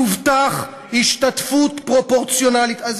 "תובטח השתתפות פרופורציונלית, חזון אחרית הימים.